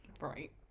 Right